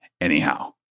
anyhow